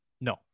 No